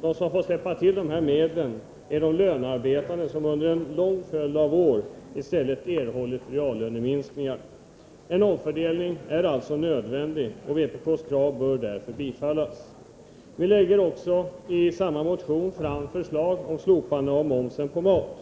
De som har fått släppa till dessa medel är de lönearbetande som under en följd av år i stället erhållit reallöneminskningar. En omfördelning är alltså nödvändig, och vpk:s krav bör därför bifallas. Vi lägger också i samma motion fram förslag om slopande av momsen på mat.